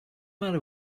matter